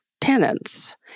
tenants